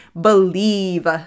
believe